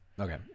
Okay